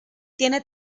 tiene